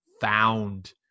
found